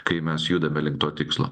kai mes judame link to tikslo